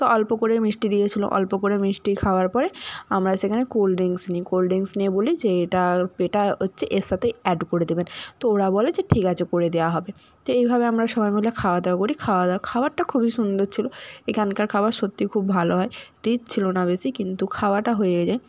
তো অল্প করেই মিষ্টি দিয়েছিল অল্প করে মিষ্টি খাওয়ার পরে আমরা সেখানে কোল্ড ড্রিঙ্কস নিই কোল্ড ড্রিঙ্কস নিয়ে বলি যে এটার এটা হচ্ছে এর সাথে অ্যাড করে দেবেন তো ওরা বলে যে ঠিক আছে করে দেওয়া হবে তো এইভাবে আমরা সবাই মিলে খাওয়াদাওয়া করি খাওয়াদাওয়া খাবারটা খুবই সুন্দর ছিল এখানকার খাবার সত্যিই খুব ভালো হয় রিচ ছিল না বেশি কিন্তু খাওয়াটা হয়ে যায়